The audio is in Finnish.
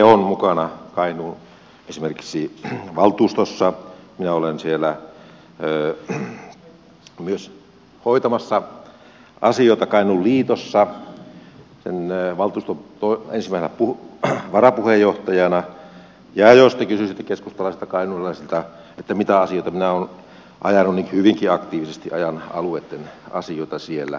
minä itse olen mukana esimerkiksi kainuun valtuustossa minä olen myös hoitamassa asioita kainuun liitossa sen valtuuston ensimmäisenä varapuheenjohtajana ja jos te kysyisitte keskustalaisilta kainuulaisilta mitä asioita minä olen ajanut niin hyvinkin aktiivisesti ajan alueitten asioita siellä